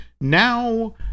now